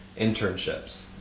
internships